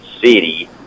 City